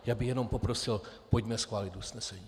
Já bych jenom poprosil, pojďme schválit usnesení.